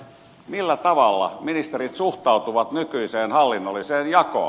millä tavalla ministerit suhtautuvat nykyiseen hallinnolliseen jakoon